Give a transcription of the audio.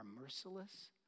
merciless